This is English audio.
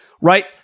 right